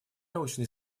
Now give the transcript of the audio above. научно